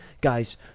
Guys